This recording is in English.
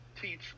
teach